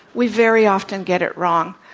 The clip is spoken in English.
we very often get it wrong.